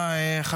בנושא.